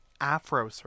afro